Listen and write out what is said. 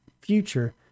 future